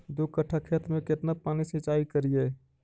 दू कट्ठा खेत में केतना पानी सीचाई करिए?